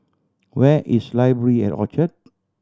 where is Library at Orchard